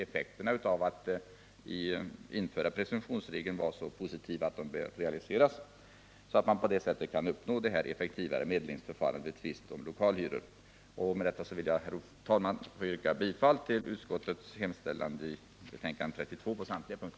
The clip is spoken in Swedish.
Effekterna av en presumtionsregel är så positiva att en sådan bör realiseras, så att ett effektivare medlingsförfarande vid tvist om lokalhyra uppnås. Med detta, herr talman, ber jag att få yrka bifall till civilutskottets Nr 141